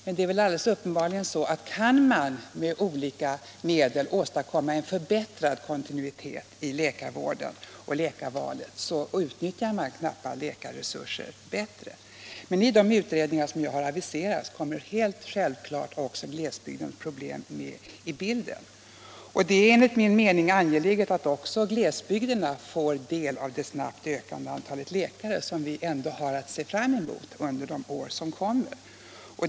Men det är väl alldeles uppenbarligen så att man utnyttjar knappa läkarresurser bättre, om man med olika medel kan åstadkomma en förbättrad kontinuitet i läkarvården och läkarvalen. I de utredningar som jag har aviserat kommer helt självklart också glesbygdens problem med i bilden. Och det är enligt min mening angeläget att också glesbygderna får del av det snabbt ökande antalet läkare som vi ändå har att se fram emot under de år som kommer.